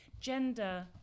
gender